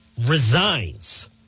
resigns